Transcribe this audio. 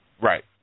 Right